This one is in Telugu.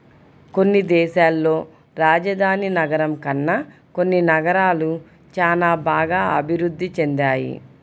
కొన్ని దేశాల్లో రాజధాని నగరం కన్నా కొన్ని నగరాలు చానా బాగా అభిరుద్ధి చెందాయి